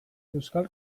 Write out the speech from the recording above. euskal